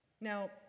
Now